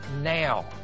now